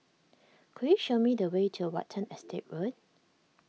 could you show me the way to Watten Estate Road